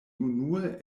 unue